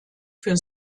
für